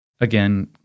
again